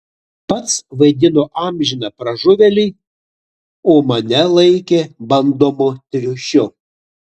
pats vaidino amžiną pražuvėlį o mane laikė bandomu triušiu